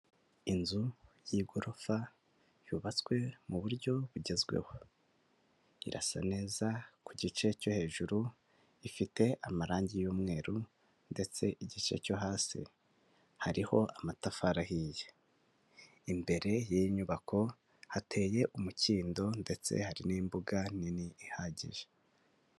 Inzu y'igorofa yubatswe mu buryo bugezweho, irasa neza ku gice cyo hejuru, ifite amarangi y'umweru, ndetse igice cyo hasi hariho amatafari ahiye, imbere y'inyubako hateye umukindo ndetse hari n'imbuga nini ihagije.